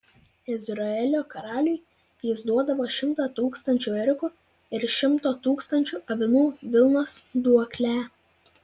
izraelio karaliui jis duodavo šimtą tūkstančių ėriukų ir šimto tūkstančių avinų vilnos duoklę